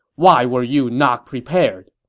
why were you not prepared!